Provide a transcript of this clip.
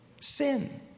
Sin